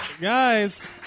Guys